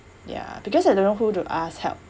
ya because I don't know who to ask help